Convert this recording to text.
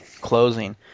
closing